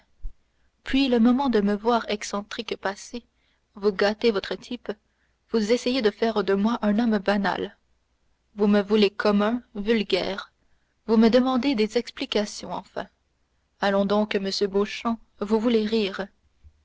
puis le moment de me voir excentrique passé vous gâtez votre type vous essayez de faire de moi un homme banal vous me voulez commun vulgaire vous me demandez des explications enfin allons donc monsieur beauchamp vous voulez rire